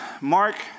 Mark